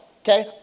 okay